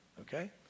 okay